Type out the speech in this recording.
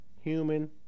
human